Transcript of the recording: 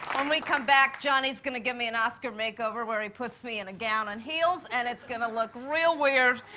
when we come back, johnny's gonna give me an oscar makeover where he puts me in a gown and heels and it's gonna look real weird.